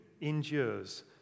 endures